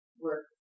work